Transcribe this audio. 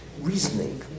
Reasoning